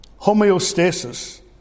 Homeostasis